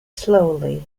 slowly